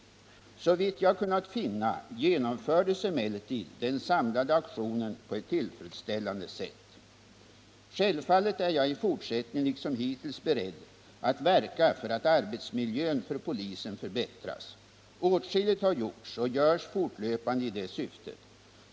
Såvitt jag kunnat finna genomfördes emellertid den samlade aktionen på ett tillfredsställande sätt. Självfallet är jag i fortsättningen liksom hittills beredd att verka för att arbetsmiljön för polisen förbättras. Åtskilligt har gjorts och görs fortlöpande i det syftet.